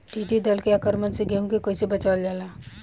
टिडी दल के आक्रमण से गेहूँ के कइसे बचावल जाला?